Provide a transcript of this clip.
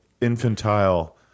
infantile